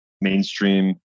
mainstream